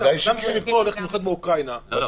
--- מאוקראינה --- לא,